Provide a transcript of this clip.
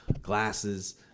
glasses